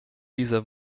dieser